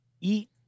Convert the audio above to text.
eat